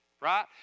right